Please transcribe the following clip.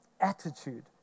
attitude